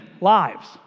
lives